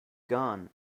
gone